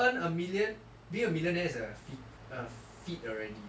you earn a million being a millionaire is a feat a feat already